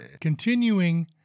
continuing